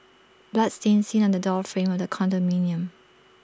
blood stain seen on the door frame of the condominium